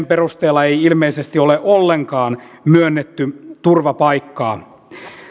perusteella ei ei ilmeisesti ole ollenkaan myönnetty turvapaikkaa